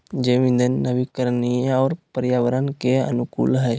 जैव इंधन नवीकरणीय और पर्यावरण के अनुकूल हइ